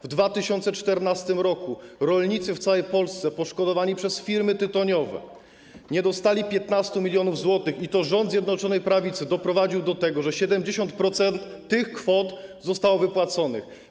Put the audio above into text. W 2014 r. rolnicy w całej Polsce poszkodowani przez firmy tytoniowe nie dostali 15 mln zł i to rząd zjednoczonej prawicy doprowadził do tego, że 70% tych kwot zostało wypłacone.